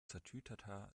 tatütata